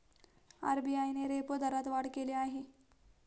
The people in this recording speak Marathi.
आर.बी.आय ने रेपो दरात वाढ केली आहे